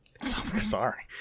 sorry